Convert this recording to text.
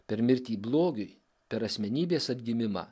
per mirtį blogiui per asmenybės atgimimą